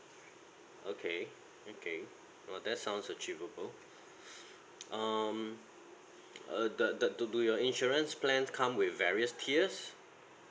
okay okay oh that sounds achievable um uh the the do do your insurance plan come with various tiers